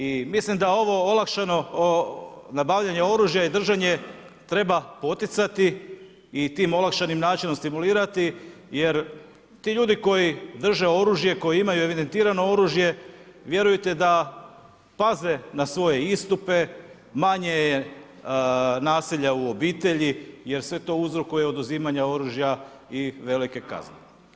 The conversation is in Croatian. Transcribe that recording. I mislim da ovo olakšano nabavljanje oružja i držanje treba poticati i tim olakšanim načinom stimulirati jer ti ljudi koji drže oružje, koji imaju evidentirano oružje vjerujte da paze na svoje istupe, manje je nasilja u obitelji, jer sve to uzrokuje oduzimanje oružja i velike kazne.